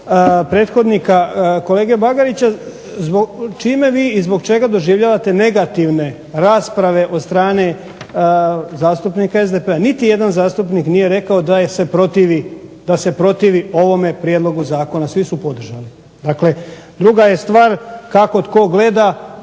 prethodnika kolege Bagarića čime vi i zbog čega doživljavate negativne rasprave od strane zastupnika SDP-a? Niti jedan zastupnik nije rekao da se protivi ovome prijedlogu zakona, svi su podržali. Dakle, druga je stvar kako tko gleda